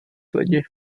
lidi